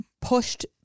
pushed